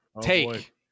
take